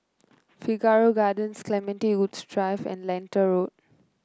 Figaro Gardens Clementi Woods Drive and Lentor Road